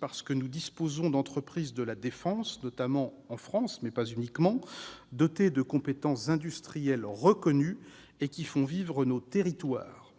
parce que nous disposons d'entreprises de la défense, notamment en France, mais pas uniquement, dotées de compétences industrielles reconnues et qui font vivre nos territoires.